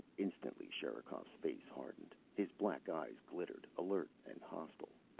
instantly sherikov's face hardened. his black eyes glittered, alert and hostile.